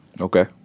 Okay